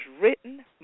written